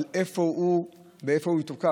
איפה הוא יתוקף,